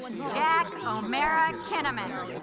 jack o'meara kinnaman